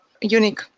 unique